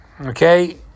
okay